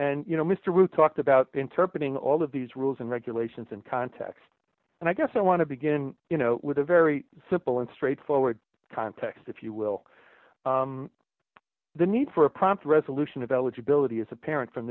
and you know mr wu talked about interpreting all of these rules and regulations in context and i guess i want to begin with a very simple and straightforward context if you will the need for a prompt resolution of eligibility is apparent from